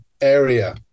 area